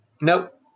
Nope